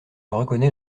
reconnais